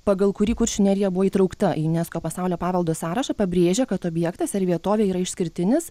pagal kurį kuršių nerija buvo įtraukta į unesco pasaulio paveldo sąrašą pabrėžia kad objektas ar vietovė yra išskirtinis